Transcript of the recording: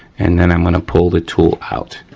and then i'm gonna pull the tool out.